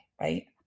right